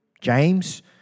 James